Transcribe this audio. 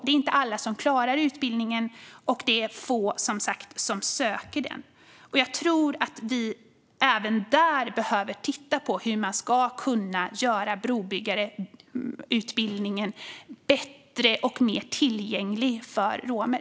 Det är inte alla som klarar utbildningen, och det är som sagt få som söker till den. Jag tror att vi behöver titta på hur man ska kunna göra brobyggarutbildningen bättre och mer tillgänglig för romer.